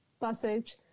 Passage